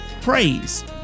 praise